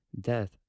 Death